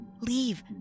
leave